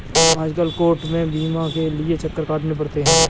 आजकल कोर्ट में बीमा के लिये चक्कर काटने पड़ते हैं